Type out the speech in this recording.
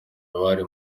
abari